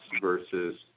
versus